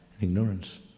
ignorance